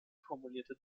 formulierte